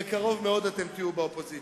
בקרוב מאוד אתם תהיו באופוזיציה.